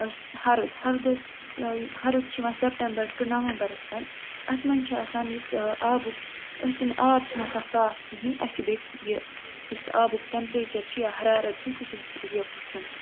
بَس ہَرُد ہَردَس چھُ یہِ ہَرُد چھُ یِوان سیٚپٹمبَر ٹُو نَوَمبَرس تانۍ اَتھ مَنٛز چھِ آسان یُس یہِ آبُک أسۍ چھِنہٕ آب چھُنہٕ آسان صاف کِہیٖنٛۍ اَسہِ چھُ بیٚیہِ یہِ یُس آبُک ٹیٚمپریچَر چھُ یا حَرارت چھُ سُہ چھُ اَسہِ یہِ وُچھُن